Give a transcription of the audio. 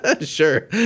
Sure